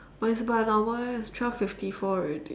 but it's about an hour eh it's twelve fifty four ready